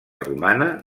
romana